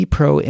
Pro